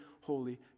holy